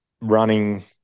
running